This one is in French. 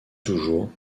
toujours